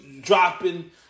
dropping